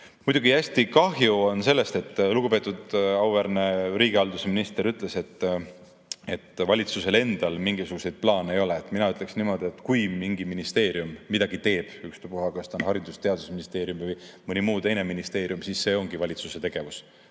Muidugi on hästi kahju sellest, et lugupeetud ja auväärne riigihalduse minister ütles, et valitsusel endal mingisuguseid plaane ei ole. Mina ütleksin niimoodi, et kui mingi ministeerium midagi teeb, ükstapuha, kas ta on Haridus‑ ja Teadusministeerium või mõni muu ministeerium, siis see ongi valitsuse tegevus.